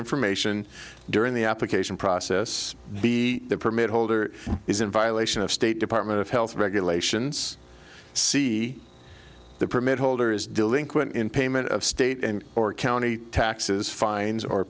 information during the application process b the permit holder is in violation of state department of health regulations see the permit holder is delinquent in payment of state and or county taxes fines or